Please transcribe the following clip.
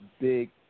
big